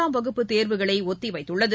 ஆம் வகுப்பு தேர்வுகளைஒத்திவைத்துள்ளது